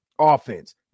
offense